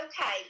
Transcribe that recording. Okay